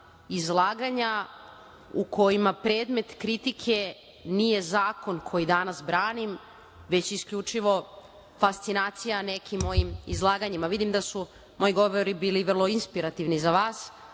izlaganja u kojima predmet kritike nije zakon koji danas branim, već isključivo fascinacija nekim mojim izlaganjima. Vidim da su moji govori bili vrlo inspirativni za vas,